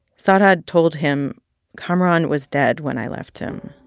sarhad told him kamaran was dead when i left him.